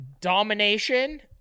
domination